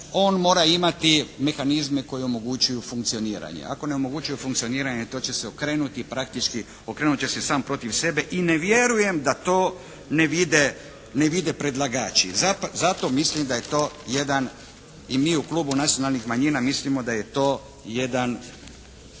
on mora imati mehanizme koji omogućuju funkcioniranje. Ako ne omogućuju funkcioniranje to će se okrenuti praktički okrenut će sam protiv sebe i ne vjerujem da to ne vide predlagači. Zato mislim da je to jedan i mi u klubu Nacionalnih manjina mislimo da je to jedan